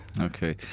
Okay